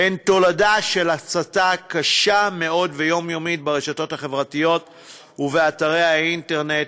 הן תולדה של הסתה קשה מאוד ויומיומית ברשתות החברתיות ובאתרי האינטרנט.